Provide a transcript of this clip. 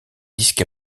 disque